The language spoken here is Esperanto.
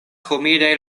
humidaj